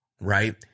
right